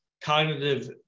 cognitive